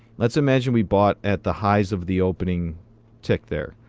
let's imagine we bought at the highs of the opening tick there.